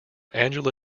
angela